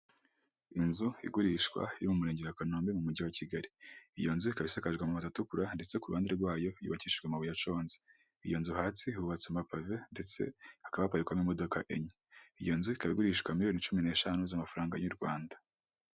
Inzu igurishwa yo mu murenge wa Kanombe, mu mujyi wa Kigali. Iyo nzu ikaba isakajwe amabati atukura ndetse ku ruhande rwayo, yubakishijwe amabuye aconze. Iyo nzu hasi hubatse amapave ndetse hakaba haparikwamo imodoka enye. Iyo nzu ikaba igurishwa miliyoni cumi n'eshanu z'amafaranga y'u Rwanda.